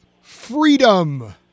freedom